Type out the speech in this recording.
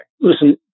Listen